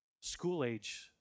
school-age